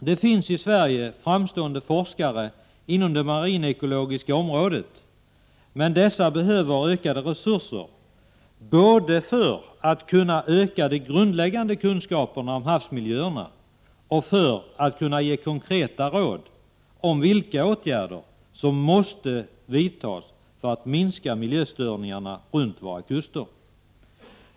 Det finns i Sverige framstående forskare inom det marinekologiska området, men dessa behöver ökade resurser, både för att kunna öka de grundläggande kunskaperna om havsmiljöerna och för att kunna ge konkreta råd om vilka åtgärder som måste vidtas för att minska miljöstörningarna runt våra kuster.